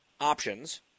options